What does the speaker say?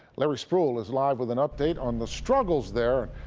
larry spruill is live with an update on the struggles there.